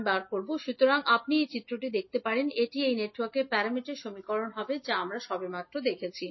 একইভাবে 𝐕2𝒂 𝐳21𝒂𝐈1𝒂 𝐳22𝒂𝐈2𝒂 সুতরাং আপনি এই চিত্রটি থেকে দেখতে পারেন এটি এই নেটওয়ার্কের z প্যারামিটার সমীকরণ হবে যা আমরা সবেমাত্র দেখেছি